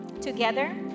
together